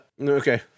Okay